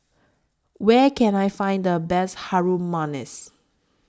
Where Can I Find The Best Harum Manis